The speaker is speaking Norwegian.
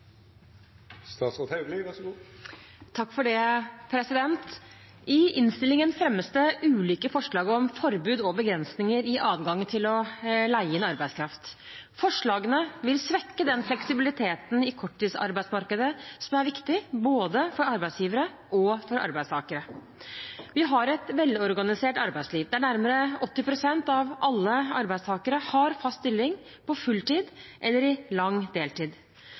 I innstillingen fremmes det ulike forslag om forbud og begrensninger i adgangen til å leie inn arbeidskraft. Forslagene vil svekke den fleksibiliteten i korttidsarbeidsmarkedet som er viktig både for arbeidsgivere og for arbeidstakere. Vi har et velorganisert arbeidsliv der nærmere 80 pst. av alle arbeidstakere har fast stilling på fulltid eller i lang deltid.